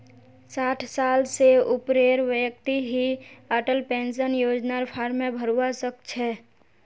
साठ साल स ऊपरेर व्यक्ति ही अटल पेन्शन योजनार फार्म भरवा सक छह